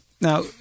Now